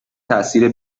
تاثیر